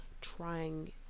trying